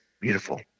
beautiful